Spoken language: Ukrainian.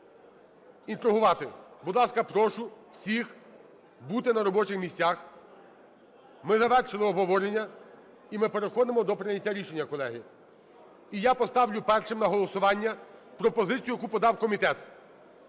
інтригувати. Будь ласка, прошу всіх бути на робочих місцях. Ми завершили обговорення і ми переходимо до прийняття рішення, колеги. І я поставлю першим на голосування пропозицію, яку подав комітет.